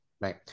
Right